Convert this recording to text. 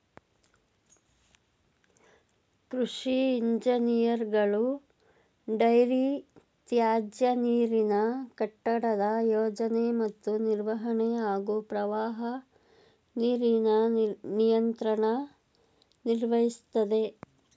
ಕೃಷಿ ಇಂಜಿನಿಯರ್ಗಳು ಡೈರಿ ತ್ಯಾಜ್ಯನೀರಿನ ಕಟ್ಟಡದ ಯೋಜನೆ ಮತ್ತು ನಿರ್ವಹಣೆ ಹಾಗೂ ಪ್ರವಾಹ ನೀರಿನ ನಿಯಂತ್ರಣ ನಿರ್ವಹಿಸ್ತದೆ